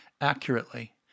accurately